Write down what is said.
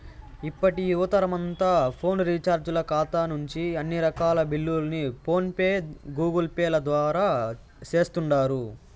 ఇప్పటి యువతరమంతా ఫోను రీచార్జీల కాతా నుంచి అన్ని రకాల బిల్లుల్ని ఫోన్ పే, గూగుల్పేల ద్వారా సేస్తుండారు